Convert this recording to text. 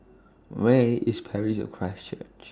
Where IS Parish of Christ Church